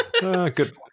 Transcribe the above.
Good